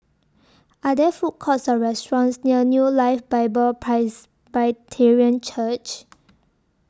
Are There Food Courts Or restaurants near New Life Bible Presbyterian Church